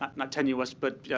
not not tenuous, but yeah